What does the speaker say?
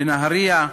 בנהרייה,